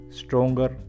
stronger